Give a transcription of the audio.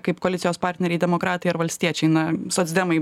kaip koalicijos partneriai demokratai ar valstiečiai na socdemai